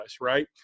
right